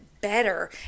better